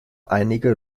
einige